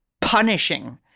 punishing